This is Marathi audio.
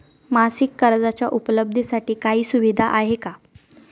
मासिक कर्जाच्या उपलब्धतेसाठी काही सुविधा आहे का?